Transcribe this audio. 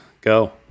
Go